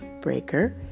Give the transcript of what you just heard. Breaker